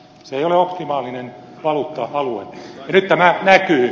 se ei ole optimaalinen valuutta alue ja nyt tämä näkyy